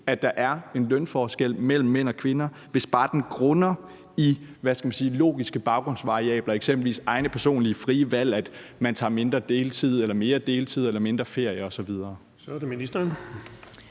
at der er en lønforskel mellem mænd og kvinder, hvis bare den grunder i, hvad skal man sige, logiske baggrundsvariabler, eksempelvis ens egne personlige frie valg, i forhold til om man tager mindre deltid eller mere deltid eller mindre ferie osv. Kl. 18:09 Den